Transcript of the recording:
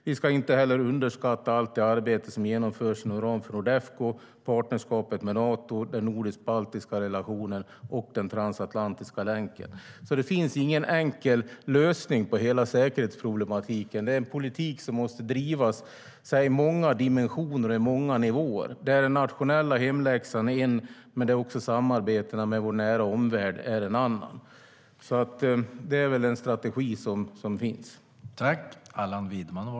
Vi ska inte heller underskatta allt det arbete som genomförs inom ramen för Nordefco, partnerskapet med Nato, den nordisk-baltiska relationen och den transatlantiska länken.